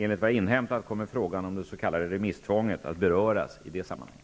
Enligt vad jag har inhämtat kommer frågan om det s.k. remisstvånget att beröras i det sammanhanget.